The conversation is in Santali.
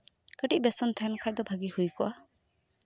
ᱠᱟᱹᱴᱤᱡ ᱵᱮᱥᱚᱱ ᱛᱟᱸᱦᱮᱱ ᱠᱷᱟᱱ ᱫᱚ ᱵᱷᱟᱹᱜᱤ ᱦᱩᱭ ᱠᱚᱜᱼᱟ